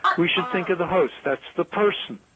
we should think of the host, that's the person,